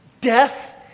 death